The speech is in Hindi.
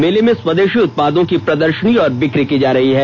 मेले में स्वदेषी उत्पादों की प्रदर्षनी और बिकी की जा रही है